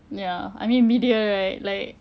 ya I mean media right like